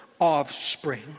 offspring